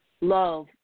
Love